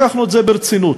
לקחנו את זה ברצינות.